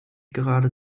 gerade